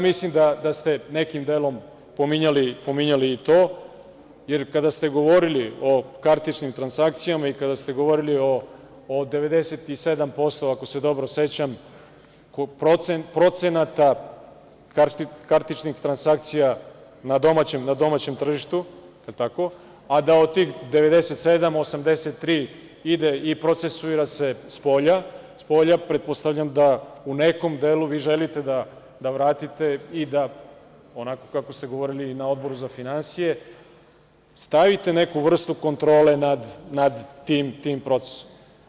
Mislim da ste nekim delom pominjali i to, jer kada ste govorili o kartičnim transakcijama i kada se govorili o 97%, ako se dobro sećam, procenata kartičnih transakcija na domaćem tržištu, jel tako, a da od tih 97, 83 ide i procesuira se spolja, pretpostavljam da u nekom delu želite da vratite i da onako, kako ste govorili i na Odboru za finansije, stavite neku vrstu kontrole nad tim procesom.